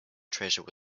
treasure